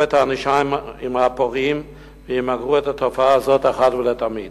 את הענישה של הפורעים וימגרו את התופעה הזאת אחת ולתמיד.